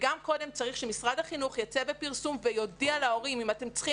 גם קודם צריך שמשרד החינוך יצא בפרסום ויודיע להורים שאם הם צריכים